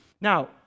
Now